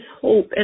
hope